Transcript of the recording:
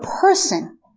person